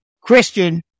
Christian